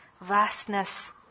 vastness